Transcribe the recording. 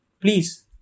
please